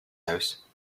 house